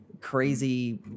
crazy